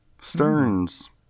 Stearns